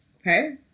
okay